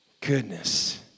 Goodness